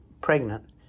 pregnant